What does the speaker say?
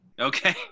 Okay